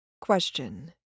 Question